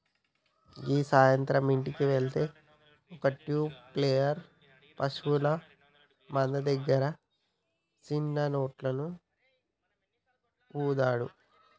గీ సాయంత్రం ఇంటికి వెళ్తే ఒక ట్యూబ్ ప్లేయర్ పశువుల మంద దగ్గర సిన్న నోట్లను ఊదాడు